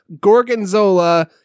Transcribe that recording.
gorgonzola